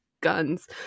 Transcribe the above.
guns